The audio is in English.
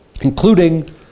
including